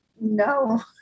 No